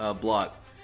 block